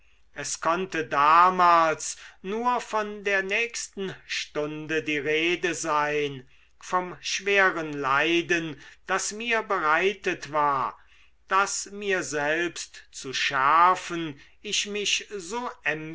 es konnte damals nur von der nächsten stunde die rede sein vom schweren leiden das mir bereitet war das mir selbst zu schärfen ich mich so